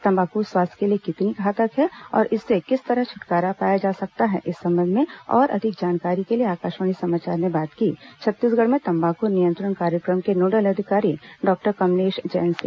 तम्बाकू स्वास्थ्य के लिए कितनी घातक हैं और इससे किस तरह छुटकारा पाया जा सकता है इस संबंध में और अधिक जानकारी के लिए आकाशवाणी समाचार ने बात की छत्तीसगढ़ में तम्बाकू नियंत्रण कार्यक्रम के नोडल अधिकारी डॉक्टर कमलेश जैन से